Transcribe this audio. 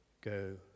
go